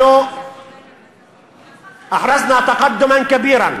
אנחנו נאחד את כוחותינו הפוליטיים לרשימה אחת.